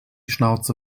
schnauze